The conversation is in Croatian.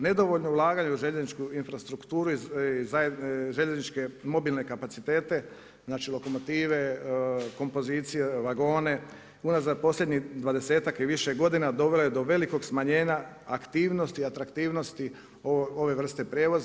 Nedovoljno ulaganje u željezničku infrastrukturu i željezničke mobilne kapacitete, znači lokomotive, kompozicije, vagone, unazad posljednjih dvadesetak i više godina dovela je do velikog smanjenja aktivnosti, atraktivnosti ove vrste prijevoza.